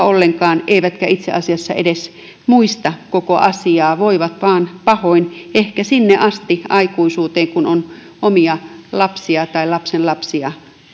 ollenkaan eivätkä itse asiassa edes muista koko asiaa voivat vain pahoin ehkä sinne asti aikuisuudessa kun on omia lapsia tai lapsenlapsia